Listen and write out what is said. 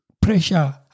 pressure